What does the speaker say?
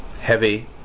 heavy